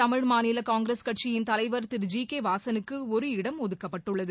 தமிழ் மாநிலகாங்கிரஸ் கட்சியின் தலைவர் திரு ஜி கேவாசனுக்குஒரு இடம் ஒதுக்கப்பட்டுள்ளது